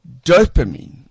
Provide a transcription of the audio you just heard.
Dopamine